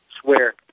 swear